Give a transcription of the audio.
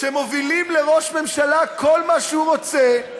שמובילים לראש הממשלה כל מה שהוא רוצה,